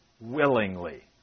willingly